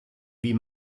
wie